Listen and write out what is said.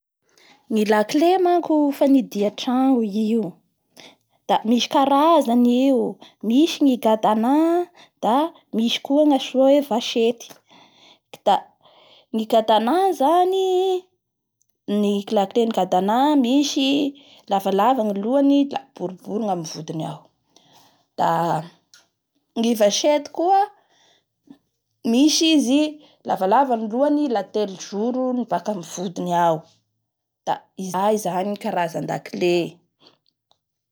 Afa hampiasa la clé e! ny la cé manako misy karazany maro samy hafa misy misy ny ohany lavalava daboribory ny vodiny misy lavalava ny lohany da koa telo zoro zay ny vodiny lafa hampiasa azy fa misy zay ny vodiny aroa hanatsofoanaoa anazy, a mampiasa la clé vasety enao olavaava zay i la koa telo zoro zay ny vodiny la atsofikinao ao.